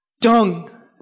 Dung